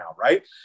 right